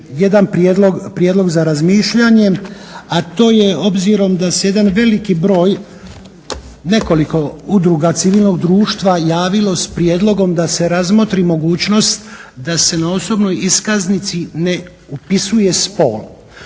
jedan prijedlog za razmišljanje, a to je obzirom da se jedan veliki broj nekoliko udruga civilnog društva javilo s prijedlogom da se razmotri mogućnost da se na osobnoj iskaznici ne upisuje spol.